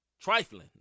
trifling